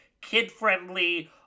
Kid-friendly